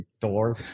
door